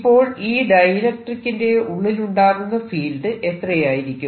ഇപ്പോൾ ഈ ഡൈഇലക്ട്രിക്കിന്റെ ഉള്ളിലുണ്ടാകുന്ന ഫീൽഡ് എത്രയായിരിക്കും